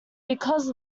because